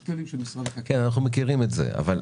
שזה כלים מקרטון מצופים בפלסטיק,